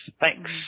thanks